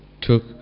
took